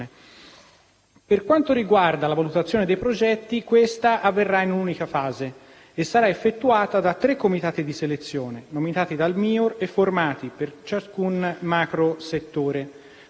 Per quanto riguarda la valutazione dei progetti, questa avverrà in un'unica fase e sarà effettuata da tre comitati di selezione nominati dal MIUR e formati, per ciascun macrosettore,